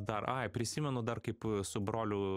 dar ai prisimenu dar kaip su broliu